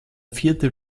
vierte